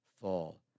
fall